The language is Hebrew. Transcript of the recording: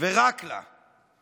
ורק לה.